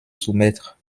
soumettre